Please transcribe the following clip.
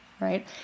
right